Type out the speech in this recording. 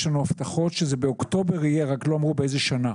יש לנו הבטחות שזה יהיה באוקטובר אלא שלא אמרו באיזו שנה.